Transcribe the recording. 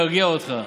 להרגיע אותך,